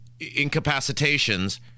incapacitations